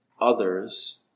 others